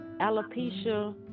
alopecia